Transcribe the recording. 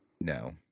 No